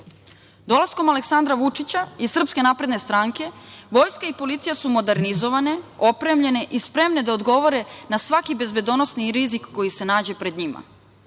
propasti. Dolaskom Aleksandra Vučića i SNS vojska i policija su modernizovane, opremljene i spremne da odgovore na svaki bezbedonosni rizik koji se nađe pred njima.